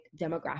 demographic